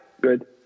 good